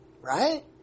right